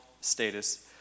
status